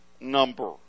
number